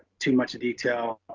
too much detail,